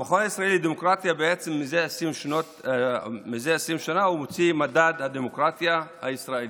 המכון הישראלי לדמוקרטיה מזה 20 שנה מוציא את מדד הדמוקרטיה הישראלית.